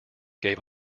gave